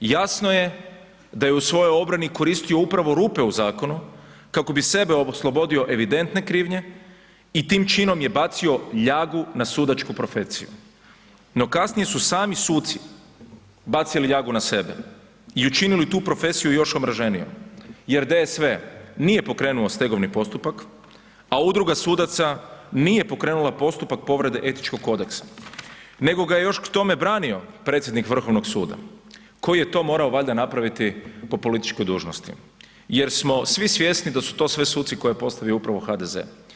Jasno je da je u svojoj obrani koristio upravo rupe u zakonu kako bi sebe oslobodio evidentne krivnje i tim činom je bacio ljagu sudačku profesiju no kasnije su sami suci bacili ljagu na sebe i učinili tu profesiju još omraženijom jer DSV nije pokrenuo stegovni postupak a udruga sudaca nije pokrenula postupka povrede etičkog kodeksa nego ga je još k tome branio predsjednik Vrhovnog suda koji je to morao valjda napraviti po političkoj dužnosti jer smo svi svjesni da su to sve suci koji je postavio upravo HDZ.